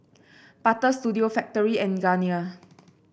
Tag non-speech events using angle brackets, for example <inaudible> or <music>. Butter Studio Factorie and Garnier <noise>